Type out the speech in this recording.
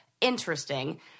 interesting